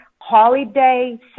holiday